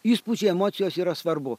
įspūdžiai emocijos yra svarbu